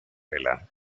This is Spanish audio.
vela